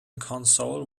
console